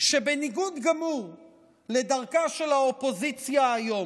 שבניגוד גמור לדרכה של האופוזיציה היום,